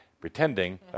pretending